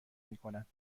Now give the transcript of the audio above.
میکند